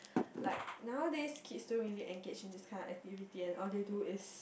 like nowadays kids don't really engage in this kind of activity and all they do is